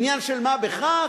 עניין של מה בכך.